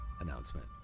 announcement